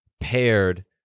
paired